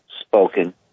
spoken